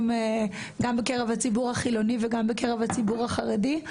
גם בקרב הציבור החילוני וגם בקרב הציבור החרדי.